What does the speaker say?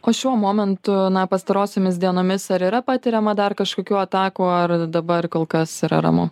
o šiuo momentu na pastarosiomis dienomis ar yra patiriama dar kažkokių atakų ar dabar kol kas yra ramu